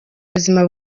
buzima